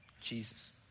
Jesus